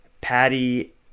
Patty